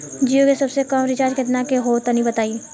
जीओ के सबसे कम रिचार्ज केतना के होला तनि बताई?